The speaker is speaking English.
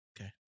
Okay